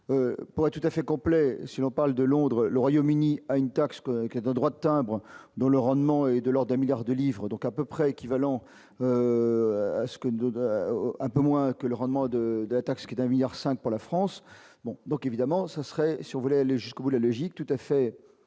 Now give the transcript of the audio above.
pourrait tout à fait complet si l'on parle de Londres Le Royaume-Uni à une taxe qui est un droit de timbre dont le rendement est de lors 2 un milliard de livres donc à peu près équivalent à ce que nous donne un peu moins que le rendement de d'attaque, ce qui est d'un milliard 5 pour la France, donc évidemment ça serait si on voulait aller jusqu'au bout la logique tout à fait normal,